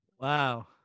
Wow